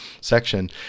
section